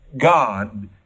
God